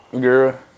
girl